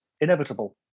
inevitable